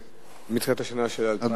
מתחילת השנה של 2011?